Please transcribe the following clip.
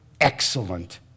excellent